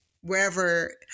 wherever